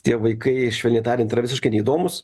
tie vaikai švelniai tariant yra visiškai neįdomūs